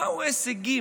מהם ההישגים.